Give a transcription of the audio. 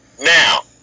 Now